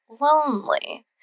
lonely